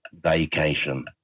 Vacation